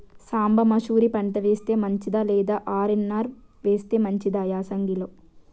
సాంబ మషూరి పంట వేస్తే మంచిదా లేదా ఆర్.ఎన్.ఆర్ వేస్తే మంచిదా యాసంగి లో?